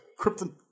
Krypton